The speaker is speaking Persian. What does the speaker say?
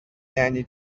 یعنی